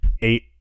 eight